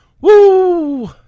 Woo